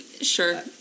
Sure